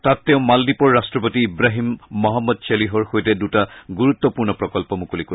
তাত তেওঁ মালদ্বীপৰ ৰট্টপতি ইৱাহিম মহম্মদ ছলিহৰ সৈতে দুটা গুৰুত্বপূৰ্ণ প্ৰকল্প মুকলি কৰিব